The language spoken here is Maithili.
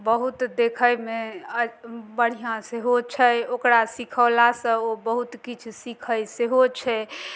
बहुत देखैमे बढ़िआँ सेहो छै ओकरा सिखौला सऽ ओ बहुत किछु सीखै सेहो छै